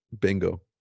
Bingo